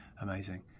amazing